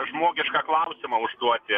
žmogišką klausimą užduoti